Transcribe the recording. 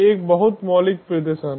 एक बहुत मौलिक प्रदर्शन